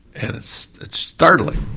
and it's it's startling.